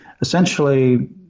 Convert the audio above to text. essentially